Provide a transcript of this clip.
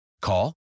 Call